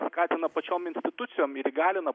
skatina pačiom institucijom ir įgalina